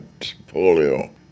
polio